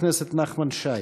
חבר הכנסת נחמן שי.